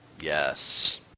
Yes